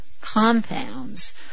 compounds